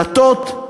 דתות,